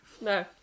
No